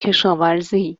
کشاورزی